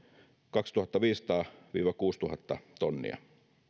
kaksituhattaviisisataa viiva kuusituhatta tonnia